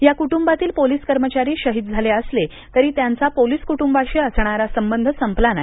या कुटुंबातील पोलीस कर्मचारी शहिद झाले असले तरी त्यांचा पोलीस कुटुंबाशी असणारा संबंध संपला नाही